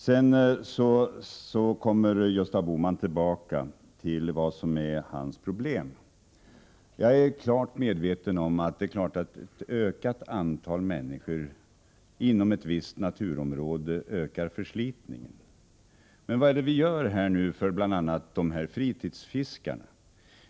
Sedan kom Gösta Bohman tillbaka till vad som är hans problem. Jag är medveten om att med ett ökat antal människor inom ett visst naturområde ökas förslitningen. Men vad är det vi gör nu för bl.a. fritidsfiskarna?